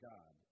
God